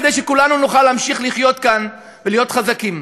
כדי שכולנו נוכל להמשיך לחיות כאן להיות חזקים.